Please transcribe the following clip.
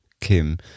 Kim